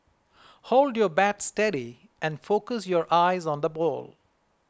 hold your bat steady and focus your eyes on the ball